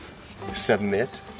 Submit